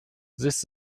this